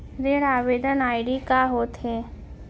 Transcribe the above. ऋण आवेदन आई.डी का होत हे?